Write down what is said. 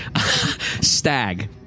stag